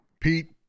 Pete